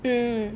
mmhmm